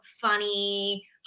funny